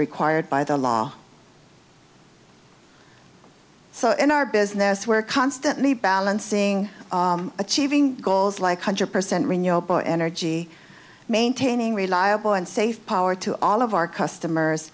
required by the law so in our business we're constantly balancing achieving goals like hundred percent renewable energy maintaining reliable and safe power to all of our customers